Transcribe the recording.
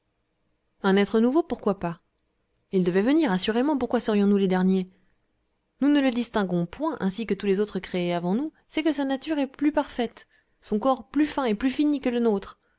un être nouveau pourquoi pas il devait venir assurément pourquoi serions-nous les derniers nous ne le distinguons point ainsi que tous les autres créés avant nous c'est que sa nature est plus parfaite son corps plus fin et plus fini que le nôtre